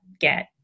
get